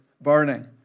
burning